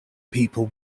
people